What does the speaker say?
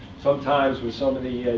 sometimes, with some of the